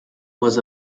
was